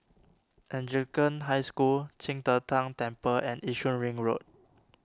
Anglican High School Qing De Tang Temple and Yishun Ring Road